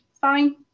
fine